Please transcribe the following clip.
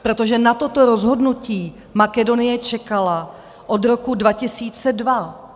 Protože na toto rozhodnutí Makedonie čekala od roku 2002.